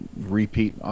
repeat